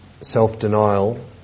self-denial